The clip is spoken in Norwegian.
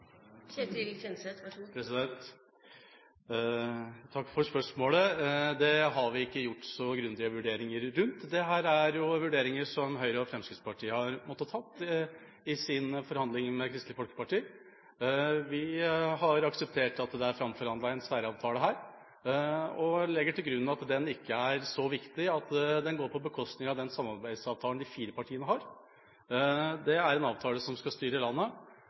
Takk for spørsmålet. Det har vi ikke gjort så grundige vurderinger rundt. Dette er vurderinger som Høyre og Fremskrittspartiet har måttet ta i sine forhandlinger med Kristelig Folkeparti. Vi har akseptert at det er framforhandlet en særavtale her og legger til grunn at den ikke er så viktig at den går på bekostning av den samarbeidsavtalen de fire partiene har. Det er en avtale som skal styre landet,